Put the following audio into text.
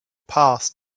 passed